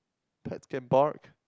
pets can bark